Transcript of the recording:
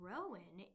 Rowan